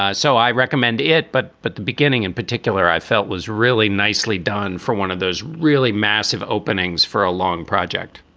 ah so i recommend it. but at but the beginning in particular, i felt was really nicely done for one of those really massive openings for a long project